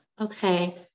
Okay